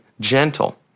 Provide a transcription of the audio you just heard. gentle